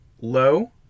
low